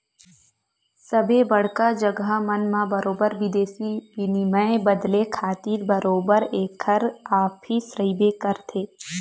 सबे बड़का जघा मन म बरोबर बिदेसी बिनिमय बदले खातिर बरोबर ऐखर ऑफिस रहिबे करथे